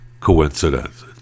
coincidence